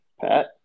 Pat